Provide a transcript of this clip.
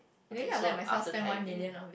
okay so after diving